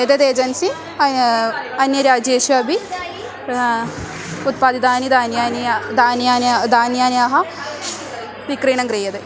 एतद् एजेन्सि अन्यत् अन्यराज्येषु अपि उत्पादितानि धान्यानि धान्यानि धन्यान्याः विक्रयणं क्रियते